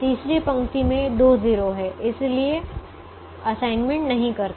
तीसरी पंक्ति में दो 0 हैं इसलिए असाइनमेंट नहीं करते